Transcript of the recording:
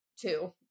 two